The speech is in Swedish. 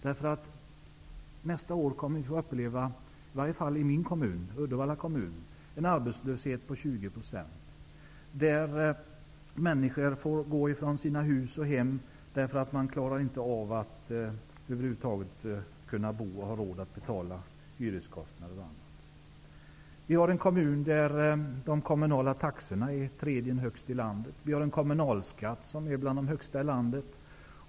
Nästa år kommer vi nämligen att få uppleva, i varje fall i min kommun Uddevalla, en arbetslöshet på 20 %. Människor får då gå från hus och hem, därför att de över huvud taget inte klarar av att betala hyreskostnader och annat. De kommunala taxorna i vår kommun ligger på tredje plats bland kommunerna som har de högsta taxorna, och kommunalskatten är bland de högsta i landet.